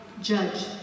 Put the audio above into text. judge